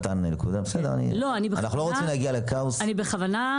אנחנו לא רוצים להגיע לכאוס,